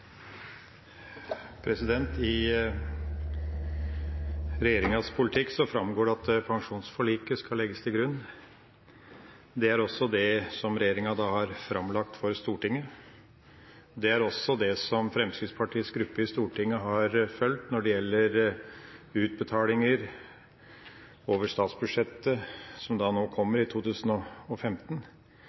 også det som regjeringa har framlagt for Stortinget. Det er også det som Fremskrittspartiets gruppe i Stortinget har fulgt når det gjelder utbetalinger over statsbudsjettet, som nå kommer i 2015.